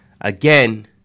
again